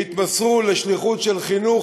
שהתמסרו לשליחות של חינוך,